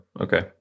okay